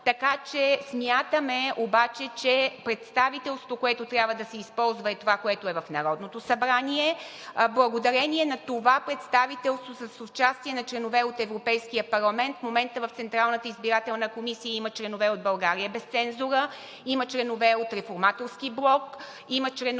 властта. Смятаме обаче, че представителството, което трябва да се използва, е това, което е в Народното събрание. Благодарение на това представителство с участие на членове от Европейския парламент, в момента в Централната избирателна комисия има членове от „България без цензура“, има членове от „Реформаторски блок“, има членове